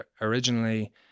originally